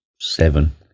seven